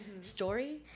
story